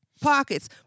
pockets